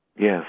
Yes